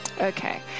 Okay